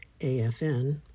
AFN